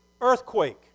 earthquake